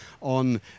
on